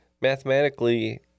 mathematically